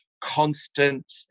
constant